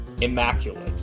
immaculate